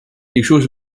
issues